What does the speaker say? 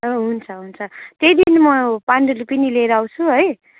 हुन्छ हुन्छ त्यही दिन म पाण्डुलिपि नि लिएर आउँछु है